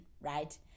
right